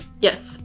Yes